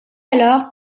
alors